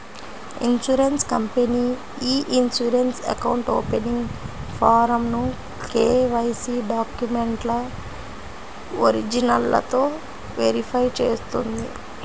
insurance company e insurance account opening ఫారమ్ను KYC డాక్యుమెంట్ల ఒరిజినల్లతో వెరిఫై చేస్తుంది